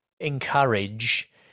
encourage